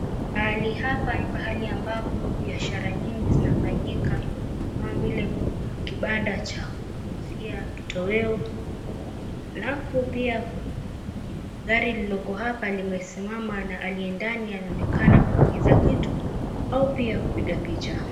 Pahali hapa ni pahali ambapo biashara nyingi zinafanyika kama vile kuna kibanda cha kuuzia kitoweo alafu pia gari lililoko hapa limesimama na aliye ndani anaonekana kuagiza kitu au pia kupiga picha.